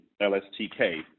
lstk